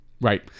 Right